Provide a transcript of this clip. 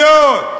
להתנחלויות,